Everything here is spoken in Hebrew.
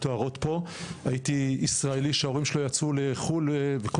הייתי ישראלי שההורים שלו יצאו לחו"ל וכל